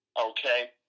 Okay